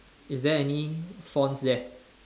is there any fonts there